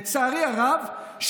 לצערי הרב,